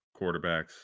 quarterbacks